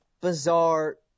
bizarre